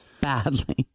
badly